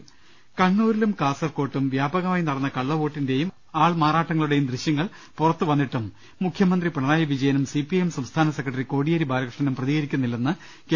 ് മ ് മ ് കണ്ണൂരിലും കാസർക്കോട്ടും വ്യാപകമായി നടന്ന കള്ളവോട്ടിന്റെയും ആൾമാറാട്ടങ്ങളുടെയും ദൃശ്യങ്ങൾ പുറത്തുവന്നിട്ടും മുഖ്യമന്ത്രി പിണറായി വിജ യനും സി പി ഐ എം സംസ്ഥാന സെക്രട്ടറി കോടിയേരി ബാലകൃഷ്ണനും പ്രതികരിക്കുന്നില്ലെന്ന് കെ